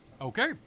Okay